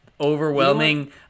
overwhelming